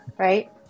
right